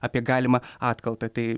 apie galimą atkaltą tai